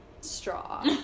straw